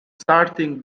starting